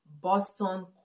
Boston